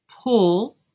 pull